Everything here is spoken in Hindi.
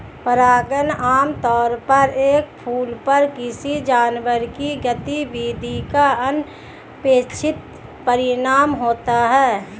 परागण आमतौर पर एक फूल पर किसी जानवर की गतिविधि का अनपेक्षित परिणाम होता है